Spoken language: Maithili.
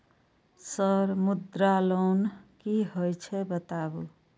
सर मुद्रा लोन की हे छे बताबू?